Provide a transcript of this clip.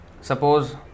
Suppose